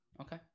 okay